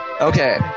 Okay